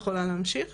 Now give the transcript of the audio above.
בשקף